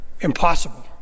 impossible